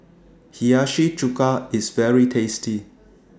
Hiyashi Chuka IS very tasty